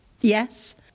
Yes